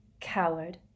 Coward